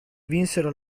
vinsero